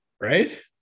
Right